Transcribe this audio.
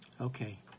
Okay